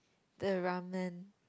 the Ramen